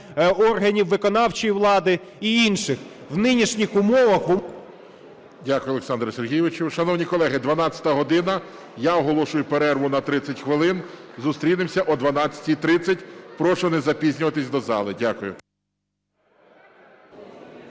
органів виконавчої влади і інших. В нинішніх умовах, в… ГОЛОВУЮЧИЙ. Дякую, Олександре Сергійовичу. Шановні колеги, 12 година, я оголошую перерву на 30 хвилин. Зустрінемося о 12:30. Прошу не запізнюватися до зали. Дякую.